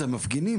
זה המפגינים,